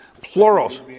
Plurals